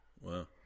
Wow